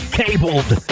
cabled